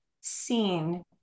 seen